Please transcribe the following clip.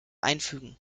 einfügen